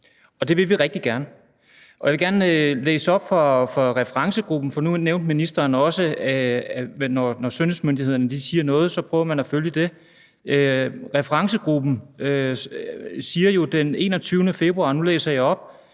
for det vil vi rigtig gerne. Og jeg vil gerne læse op fra referencegruppens rapport, for nu nævnte ministeren også, at når sundhedsmyndighederne siger noget, prøver man at følge det. Referencegruppen siger jo den 21. februar, og nu læser jeg op: